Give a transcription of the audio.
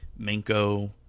Minko